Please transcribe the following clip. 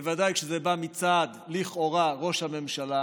בוודאי כשזה בא לכאורה מצד ראש הממשלה,